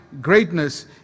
greatness